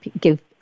give